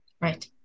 Right